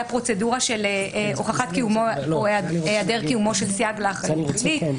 הפרוצדורה של הוכחת קיומו או היעדר קיומו של סייג לאחריות פליליות,